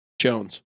Jones